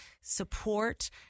support